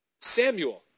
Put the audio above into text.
Samuel